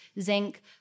zinc